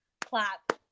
clap